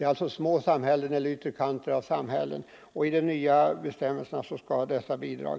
det gäller alltså små samhällen eller ytterkanter av samhällen — skall nämligen enligt de nya bestämmelserna helt bortfalla.